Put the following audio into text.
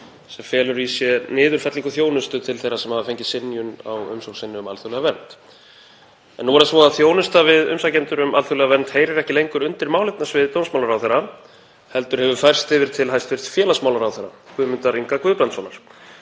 sem felur í sér niðurfellingu þjónustu til þeirra sem fengið hafa synjun á umsókn sinni um alþjóðlega vernd. Nú er það svo að þjónustan við umsækjendur um alþjóðlega vernd heyrir ekki lengur undir málefnasvið dómsmálaráðherra heldur hefur það færst yfir til hæstv. félagsmálaráðherra, Guðmundar Inga Guðbrandssonar.